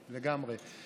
כן, לגמרי.